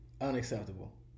unacceptable